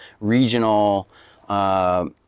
regional